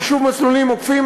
ושוב מסלולים עוקפים,